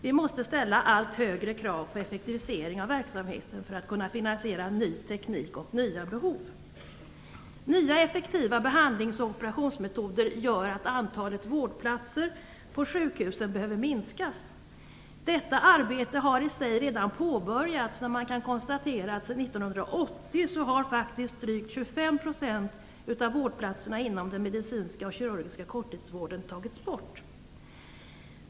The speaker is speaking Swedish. Vi måste ställa allt högre krav på effektivisering av verksamheten för att kunna finansiera ny teknik och nya behov. Nya, effektiva behandlings och operationsmetoder gör att man behöver minska antalet vårdplatser på sjukhusen. Detta arbete har i sig redan påbörjats. Man kan konstatera att sedan 1980 har faktiskt drygt 25 % av vårdplatserna inom den medicinska och kirurgiska korttidsvården tagits bort.